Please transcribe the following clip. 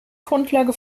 grundlage